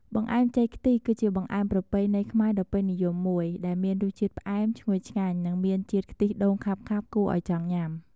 បង្អែមចេកខ្ទិះ គឺជាបង្អែមប្រពៃណីខ្មែរដ៏ពេញនិយមមួយ ដែលមានរសជាតិផ្អែម ឈ្ងុយឆ្ងាញ់ និងមានជាតិខ្ទិះដូងខាប់ៗគួរឱ្យចង់ញ៉ាំ។